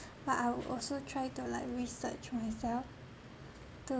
but I would also try to like research myself to